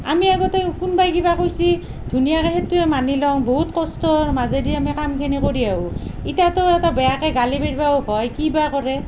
আমি আগতে কোনোবায়ে কিবা কৈছি ধুনীয়াকে সেইটোৱে মানি লওঁ বহুত কষ্টৰ মাজেদি আমি কামখিনি কৰি আহোঁ ইটা ত' বেয়াকে গালি পাৰবাও ভয় কি বা কৰে